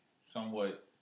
somewhat